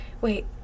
wait